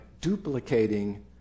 duplicating